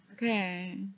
Okay